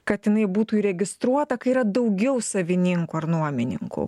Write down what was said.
kad jinai būtų įregistruota kai yra daugiau savininkų ar nuomininkų